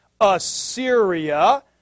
Assyria